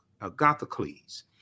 Agathocles